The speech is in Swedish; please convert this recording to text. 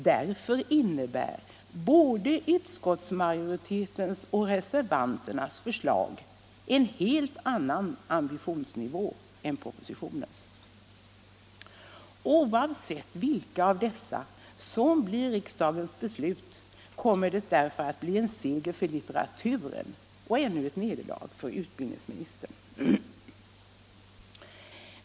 Därför innebär både utskottsmajoritetens och reservanternas förslag en helt annan ambitionsnivå än propositionens. Oavsett vilka av dessa som blir riksdagens beslut kommer det därför att bli en seger för litteraturen och ännu ett nederlag för utbildningsministern.